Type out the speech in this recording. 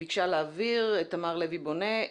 תמר לוי בונה,